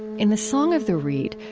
in the song of the reed,